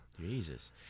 jesus